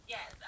Yes